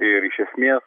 ir iš esmės